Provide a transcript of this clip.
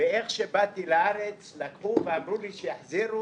ואיך שבאתי לארץ לקחו ואמרו לי שיחזירו.